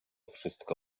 wszystko